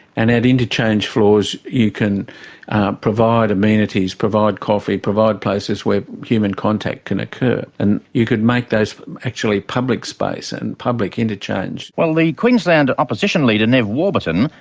and at interchange floors you can provide amenities provide coffee, provide places where human contact can occur. and you could make those actually public space and public interchange. the queensland opposition leader, nev warburton,